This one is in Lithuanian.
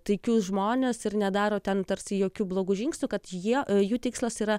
taikius žmones ir nedaro ten tarsi jokių blogų žingsnių kad jie jų tikslas yra